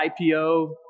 IPO